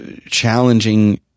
challenging